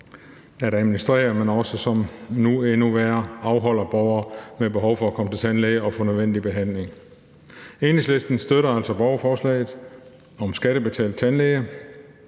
at administrere, men som – endnu værre – afholder borgere med behov for at komme til tandlæge fra at få nødvendig behandling. Enhedslisten støtter altså borgerforslaget om skattebetalt tandlæge